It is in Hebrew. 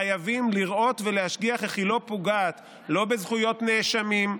חייבים לראות ולהשגיח איך היא לא פוגעת בזכויות נאשמים,